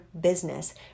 business